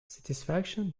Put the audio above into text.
satisfaction